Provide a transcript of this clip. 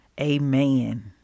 Amen